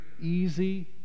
easy